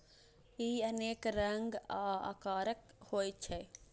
ई अनेक रंग आ आकारक होइ छै